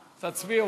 תצביעו.